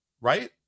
Right